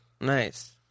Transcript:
Nice